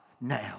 now